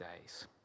days